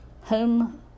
home